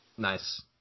nice